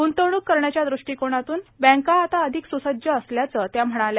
ग्रंतवणूक करण्याच्या दृष्टिकोनातून बँका आता अधिक स्रुसज्ज असल्याचं त्या म्हणाल्या